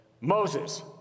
Moses